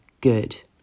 good